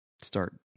start